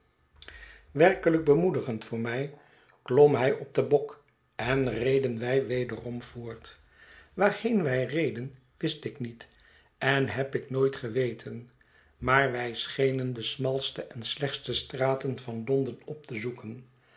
digend voor mij klom hij op den bok en reden wij wederom voort waarheen wij reden wist ik niet en heb ik nooit geweten maar wij schenen de smalste en slechtste straten van londen op te zoeken